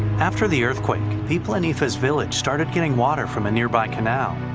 after the earthquake. people in the face village started getting water from a nearby can now.